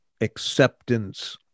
acceptance